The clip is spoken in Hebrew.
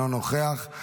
אינו נוכח.